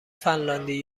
فنلاندی